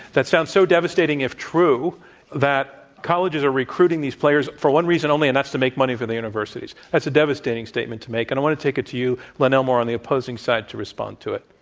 that sounds so devastating, if true if true that colleges are recruiting these players for one reason only, and that's to make money for the universities. that's a devastating statement to make, and i want to take it to you, len elmore, on the opposing side, to respond to it.